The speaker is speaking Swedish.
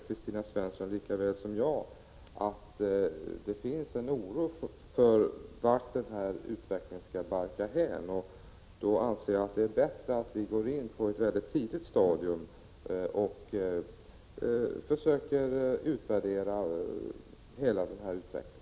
Kristina Svensson vet lika väl som jag att det finns en oro för vart utvecklingen skall barka hän, och därför är det bättre att gå in på ett tidigt stadium och försöka utvärdera hela denna utveckling.